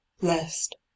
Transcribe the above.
lest